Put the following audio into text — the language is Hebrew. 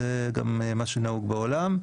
זה גם מה שנהוג בעולם.